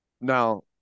Now